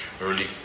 early